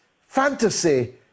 fantasy